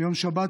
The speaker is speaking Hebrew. ביום שבת,